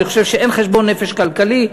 אני חושב שאין חשבון נפש כלכלי,